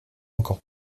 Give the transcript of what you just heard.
encore